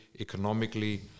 economically